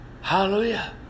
Hallelujah